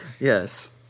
Yes